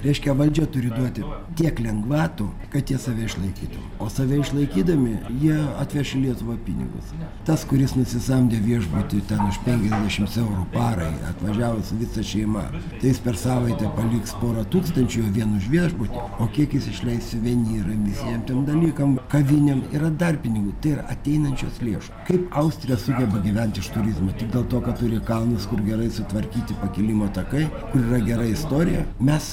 reiškia valdžia turi duoti tiek lengvatų kad jie save išlaikytų o save išlaikydami jie atveš į lietuvą pinigus tas kuris nusisamdė viešbutį ten už penkiasdešimt eurų parai atvažiavo su visa šeima tai jis per savaitę paliks porą tūkstančių vien už viešbutį o kiek jis išleis suvenyram visiem tiem dalykam kavinėm yra dar pinigų tai yra ateinančios lėšos kaip austrija sugeba gyvent iš turizmo tik dėl to kad turi kalnus kur gerai sutvarkyti pakilimo takai kur yra gera istorija mes